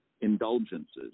indulgences